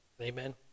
Amen